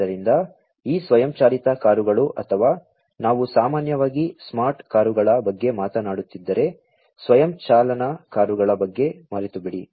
ಆದ್ದರಿಂದ ಈ ಸ್ವಯಂ ಚಾಲಿತ ಕಾರುಗಳು ಅಥವಾ ನಾವು ಸಾಮಾನ್ಯವಾಗಿ ಸ್ಮಾರ್ಟ್ ಕಾರುಗಳ ಬಗ್ಗೆ ಮಾತನಾಡುತ್ತಿದ್ದರೆ ಸ್ವಯಂ ಚಾಲನಾ ಕಾರುಗಳ ಬಗ್ಗೆ ಮರೆತುಬಿಡಿ